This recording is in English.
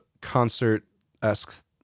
concert-esque